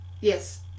Yes